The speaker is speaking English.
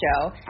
show